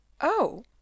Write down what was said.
Oh